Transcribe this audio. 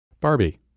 Barbie